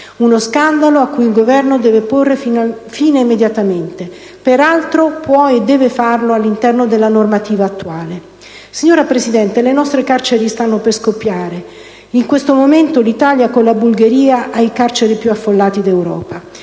uno scandalo a cui il Governo deve porre fine immediatamente: per altro, può e deve farlo all'interno della normativa attuale. Signora Presidente, le nostre carceri stanno per scoppiare. In questo momento l'Italia, con la Bulgaria, ha le carceri più affollate d'Europa.